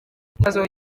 ikibazo